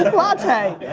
latte.